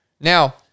Now